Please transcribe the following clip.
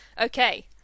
Okay